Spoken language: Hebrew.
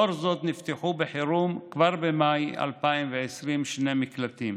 לאור זאת נפתחו בחירום כבר במאי 2020 שני מקלטים.